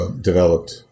developed